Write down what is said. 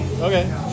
Okay